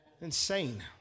Insane